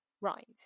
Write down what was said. right